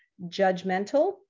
judgmental